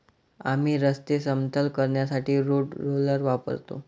आम्ही रस्ते समतल करण्यासाठी रोड रोलर वापरतो